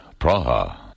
Praha